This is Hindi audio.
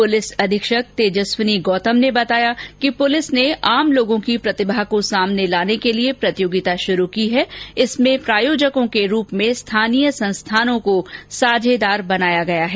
पुलिस अधीक्षक तेजस्वनी गौतम ने बताया कि पुलिस ने आम लोगों की प्रतिभा को सामने लाने के लिए प्रतियोगिता शुरू की है इसमें प्रायोजकों के रूप में स्थानीय संस्थानों को साझेदार बनाया गया है